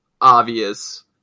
obvious